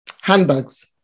Handbags